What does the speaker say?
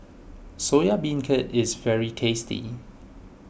Soya Beancurd is very tasty